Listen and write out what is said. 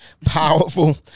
powerful